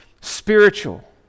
Spiritual